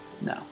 No